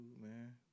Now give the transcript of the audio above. man